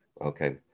Okay